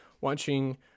Watching